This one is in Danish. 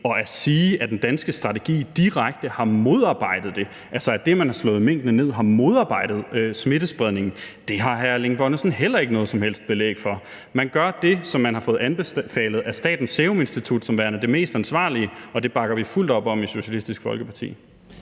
at sige, af den danske strategi direkte har modarbejdet det, altså at det, at man har slået minkene ned, har modarbejdet smittespredningen, har hr. Erling Bonnesen heller ikke noget som helst belæg for. Man gør det, man har fået anbefalet af Statens Serum Institut som værende det mest ansvarlige, og det bakker vi fuldt op om i Socialistisk Folkeparti.